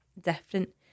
different